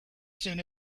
soon